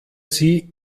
sie